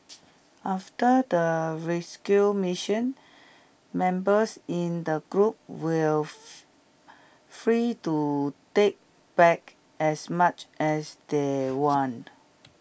after the rescue mission members in the group were free to take back as much as they wanted